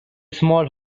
small